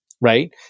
Right